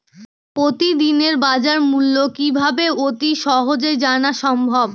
প্রতিদিনের বাজারমূল্য কিভাবে অতি সহজেই জানা সম্ভব?